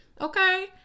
Okay